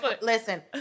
Listen